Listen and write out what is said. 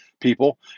people